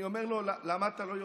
אני אומר לו: למה אתה לא יורה?